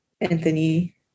Anthony